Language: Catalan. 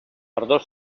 tardor